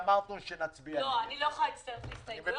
אני לא יכולה להצטרף להסתייגויות.